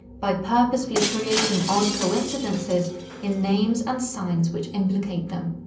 by purposefully creating odd coincidences in names and signs which implicate them.